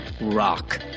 rock